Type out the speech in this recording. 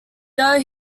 though